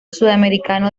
sudamericano